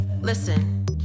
Listen